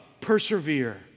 persevere